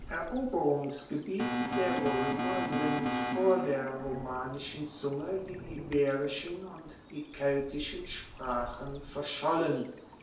eroberungsgebiet der roemer sind vor der romanischen zunge die iberischen und die keltischen sprachen verschollen